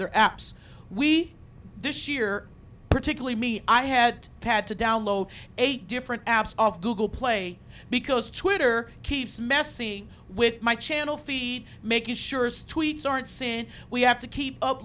their apps we this year particularly me i had had to download eight different apps of google play because twitter keeps messing with my channel feed making sure his tweets aren't saying we have to keep up